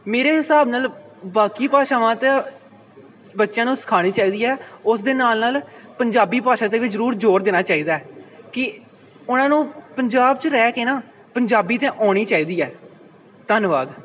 ਮੇਰੇ ਹਿਸਾਬ ਨਾਲ ਬਾਕੀ ਭਾਸ਼ਾਵਾਂ ਤਾਂ ਬੱਚਿਆਂ ਨੂੰ ਸਿਖਾਉਣੀ ਚਾਹੀਦੀ ਹੈ ਉਸ ਦੇ ਨਾਲ ਨਾਲ ਪੰਜਾਬੀ ਭਾਸ਼ਾ ਤਾਂ ਵੀ ਜ਼ਰੂਰ ਜ਼ੋਰ ਦੇਣਾ ਚਾਹੀਦਾ ਕਿ ਉਹਨਾਂ ਨੂੰ ਪੰਜਾਬ ਚ ਰਹਿ ਕੇ ਨਾ ਪੰਜਾਬੀ ਤਾਂ ਆਉਣੀ ਚਾਹੀਦੀ ਹੈ ਧੰਨਵਾਦ